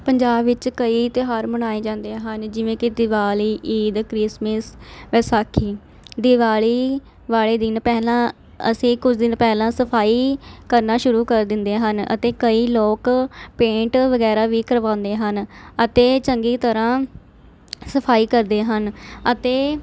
ਪੰਜਾਬ ਵਿੱਚ ਕਈ ਤਿਉਹਾਰ ਮਨਾਏ ਜਾਂਦੇ ਹਨ ਜਿਵੇਂ ਕਿ ਦੀਵਾਲੀ ਈਦ ਕ੍ਰਿਸਮਿਸ ਵਿਸਾਖੀ ਦੀਵਾਲੀ ਵਾਲ਼ੇ ਦਿਨ ਪਹਿਲਾਂ ਅਸੀਂ ਕੁਝ ਦਿਨ ਪਹਿਲਾਂ ਸਫਾਈ ਕਰਨਾ ਸ਼ੁਰੂ ਕਰ ਦਿੰਦੇ ਹਨ ਅਤੇ ਕਈ ਲੋਕ ਪੇਂਟ ਵਗੈਰਾ ਵੀ ਕਰਵਾਉਂਦੇ ਹਨ ਅਤੇ ਚੰਗੀ ਤਰ੍ਹਾਂ ਸਫਾਈ ਕਰਦੇ ਹਨ ਅਤੇ